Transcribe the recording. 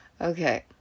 Okay